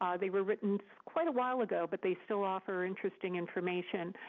um they were written quite a while ago, but they still offer interesting information.